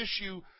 issue